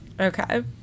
Okay